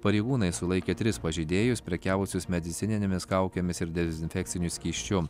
pareigūnai sulaikė tris pažeidėjus prekiavusius medicininėmis kaukėmis ir dezinfekciniu skysčiu